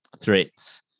threats